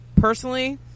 personally